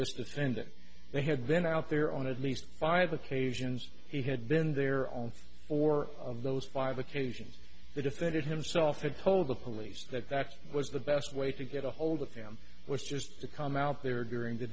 this defendant they had been out there on at least five occasions he had been there on four of those five occasions they defended himself and told the police that that was the best way to get a hold of him it was just to come out there during the